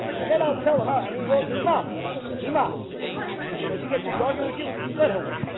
and then i'll tell her and he wrote his mom eema if she gets to target with you so let her win,